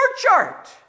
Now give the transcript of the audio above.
chart